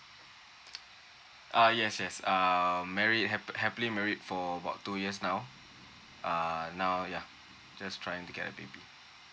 ah yes yes um married hap~ happily married for about two years now err now ya just trying to get a baby